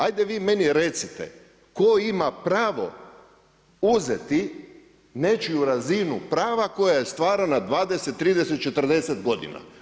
Ajde vi meni recite, tko ima pravo uzeti nečiju razinu prava koja je stvarana 20, 30, 40 godina?